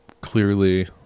clearly